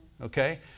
Okay